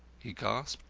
he gasped.